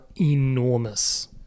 enormous